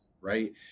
Right